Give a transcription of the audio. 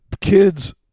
kids